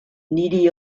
niri